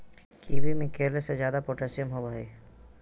kiwi में केले से ज्यादा पोटेशियम होबो हइ